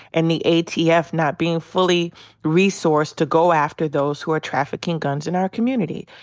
and the a. t. f. not being fully resourced to go after those who are trafficking guns in our community.